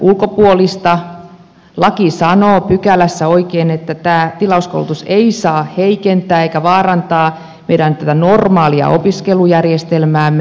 laki sanoo pykälässä oikein että tämä tilauskoulutus ei saa heikentää eikä vaarantaa tätä meidän normaalia opiskelujärjestelmäämme